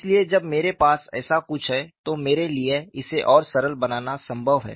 इसलिए जब मेरे पास ऐसा कुछ है तो मेरे लिए इसे और सरल बनाना संभव है